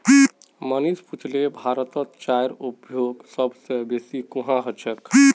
मनीष पुछले भारतत चाईर उपभोग सब स बेसी कुहां ह छेक